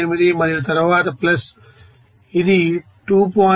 78 మరియు తరువాత ప్లస్ ఇది 2